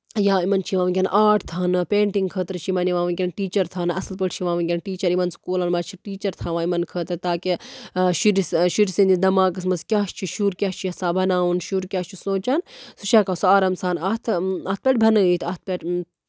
یا یِمن چھُ یِوان ونکیٚن آرٹ تھاونہٕ پینٛٹِنگ خٲطرٕ چھُ یِمن یِوان ونکیٚن ٹیٖچر تھاونہٕ اَصٕل پٲٹھۍ چھُ یِوان ونکیٚن ٹیٖچر یِمن سکوٗلَن منٛز چھُ ٹیٖچر تھاوان یِمن خٲطرٕ تاکہِ شُرِس شُرۍ سٕنٛدِس دٮ۪ماغَس منٛز کیاہ چھُ شُر کیاہ چھُ یَژھان بَناون شُر کیاہ چھُ سونٛچان سُہ چھُ ہیٚکان سُہ آرام سان اَتھ اَتھ پٮ۪ٹھ بَنٲیِتھ